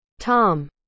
tom